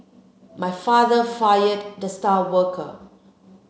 my father fired the star worker